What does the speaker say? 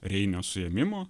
reinio suėmimo